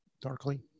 darkly